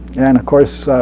and of course,